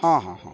ହଁ